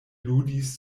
ludis